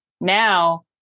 Now